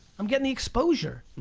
i'm getting the exposure!